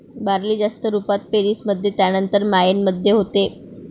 barley जास्त रुपात पेरीस मध्ये त्यानंतर मायेन मध्ये होते